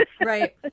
Right